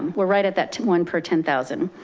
we're right at that to one per ten thousand.